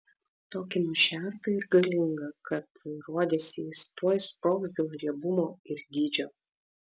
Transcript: tokį nušertą ir galingą kad rodėsi jis tuoj sprogs dėl riebumo ir dydžio